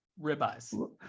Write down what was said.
ribeyes